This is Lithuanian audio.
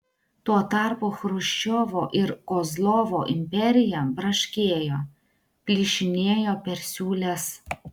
tuo tarpu chruščiovo ir kozlovo imperija braškėjo plyšinėjo per siūles